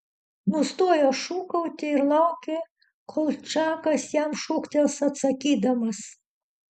nustojo šūkauti ir laukė kol čakas jam šūktels atsakydamas